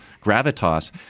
gravitas